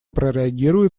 прореагирует